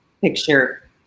picture